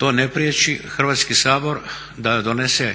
to ne priječi Hrvatski sabor da donese